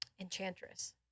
Enchantress